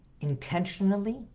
intentionally